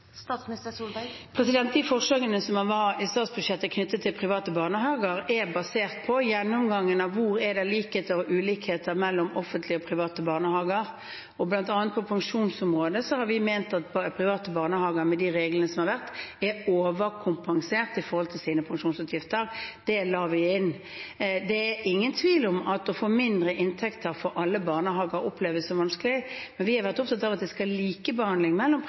De forslagene som var i statsbudsjettet knyttet til private barnehager, er basert på gjennomgangen av hvor det er likheter og ulikheter mellom offentlige og private barnehager. Blant annet på pensjonsområdet har vi ment at private barnehager med de reglene som har vært, er overkompensert for sine pensjonsutgifter. Det la vi inn. Det er ingen tvil om at det å få mindre inntekter oppleves som vanskelig for alle barnehager, men vi har vært opptatt av at det skal være likebehandling